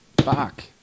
Fuck